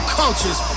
cultures